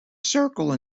circle